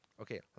Okay